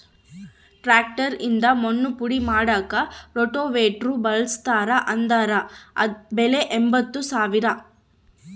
tractor ನಿಂದ ಮಣ್ಣು ಪುಡಿ ಮಾಡಾಕ ರೋಟೋವೇಟ್ರು ಬಳಸ್ತಾರ ಅದರ ಬೆಲೆ ಎಂಬತ್ತು ಸಾವಿರ